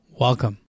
Welcome